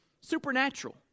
Supernatural